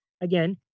again